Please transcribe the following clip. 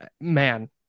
man